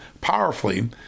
powerfully